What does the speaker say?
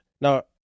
Now